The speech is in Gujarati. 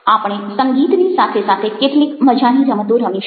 આપણે સંગીતની સાથે સાથે કેટલીક મજાની રમતો રમીશું